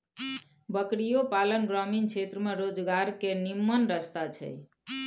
बकरियो पालन ग्रामीण क्षेत्र में रोजगार के निम्मन रस्ता छइ